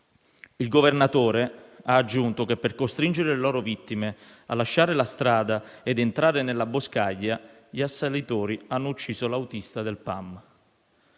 Il governatore ha aggiunto che, per costringere le loro vittime a lasciare la strada ed entrare nella boscaglia, gli assalitori hanno ucciso l'autista del PAM.